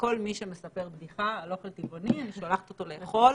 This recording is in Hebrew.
וכל מי שמספר בדיחה על אוכל טבעוני אני שולחת אותו לאכול